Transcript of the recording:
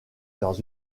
dans